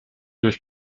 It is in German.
durch